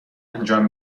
انجام